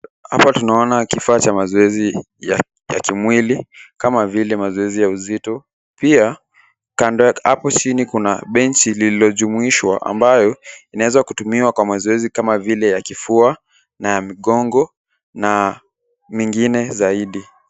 Hapa tunaona kifaa cha mazoezi ya kimwili kama vile mazoezi ya uzito, pia kando hapo chini kuna benchi lililojumuishwa ambayo inaweza kutumiwa kwa mazoezi kama vile ya kifua na ya mgongo na mengine zaidi.